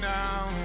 now